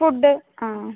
food ആ